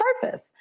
surface